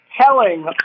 telling